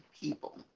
people